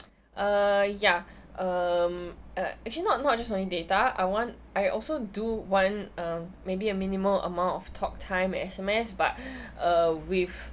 uh ya um uh actually not not just only data I want I also do want uh maybe a minimal amount of talk time S_M_S but uh with